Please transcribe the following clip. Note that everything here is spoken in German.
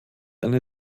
eine